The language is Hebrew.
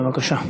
בבקשה.